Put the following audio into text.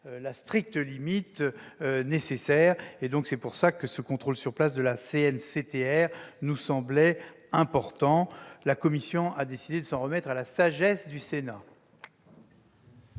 la stricte limite nécessaire, raison pour laquelle ce contrôle sur place nous semblait important. La commission a décidé de s'en remettre à la sagesse du Sénat.